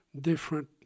different